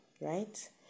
right